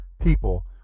people